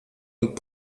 und